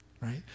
right